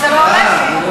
רק זה לא עולה פה,